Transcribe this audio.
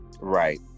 Right